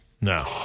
no